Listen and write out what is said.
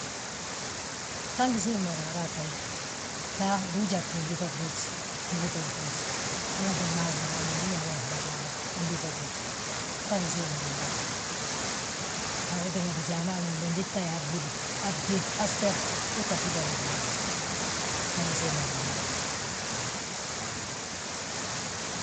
Bta ngi siim mo raaraa ggayi, bta du ujabi, ubiiŧi briij, ungi biiŧa mo briiji, hanganti mmangu bommu waamu ndi nyaabi mo btaw unbiiŧa briije. Bta ngi siim mo raaraaye, wee tínga bijaa ma yaana bembe ndi bta yaa han blib, han bdée, han bfer, uu ttabi janga góbo a boja. Bta ngi siim mo raaraaye,